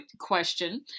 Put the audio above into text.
question